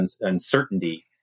uncertainty